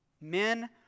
Men